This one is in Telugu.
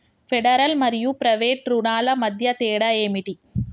ఫెడరల్ మరియు ప్రైవేట్ రుణాల మధ్య తేడా ఏమిటి?